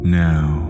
now